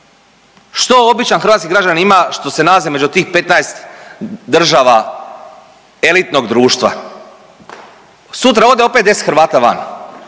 Što običan hrvatski građanin ima što se nalazi među tih 15 država elitnog društva? Sutra opet ode 10 Hrvata van,